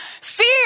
Fear